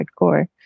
hardcore